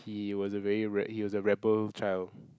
he was a very re~ he was a rebel child